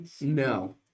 no